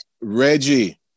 Reggie